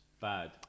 Bad